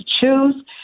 choose